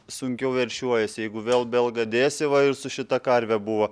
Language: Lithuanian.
sunkiau veršiuojasi jeigu vėl belgą dėsi va ir su šita karve buvo